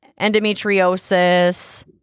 endometriosis